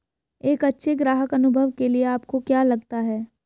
एक अच्छे ग्राहक अनुभव के लिए आपको क्या लगता है?